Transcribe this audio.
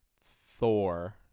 Thor